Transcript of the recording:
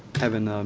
kevin,